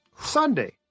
Sunday